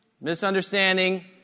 misunderstanding